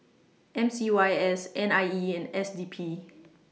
M C Y S N I E and S D P